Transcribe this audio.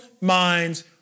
minds